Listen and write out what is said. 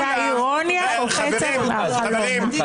האירוניה קופצת מהחלון.